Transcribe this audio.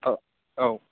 औ औ